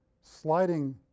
sliding